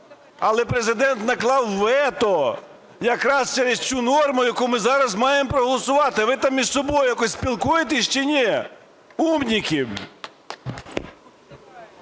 Але Президент наклав вето якраз через цю норму, яку ми зараз маємо проголосувати. Ви там між собою якось спілкуєтеся чи ні, умники?